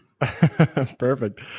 Perfect